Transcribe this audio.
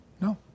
no